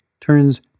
turns